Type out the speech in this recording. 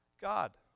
God